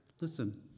Listen